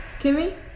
Kimmy